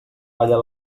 balla